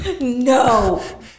No